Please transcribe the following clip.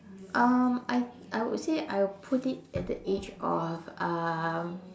um I I would say I would put it at the age of um